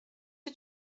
que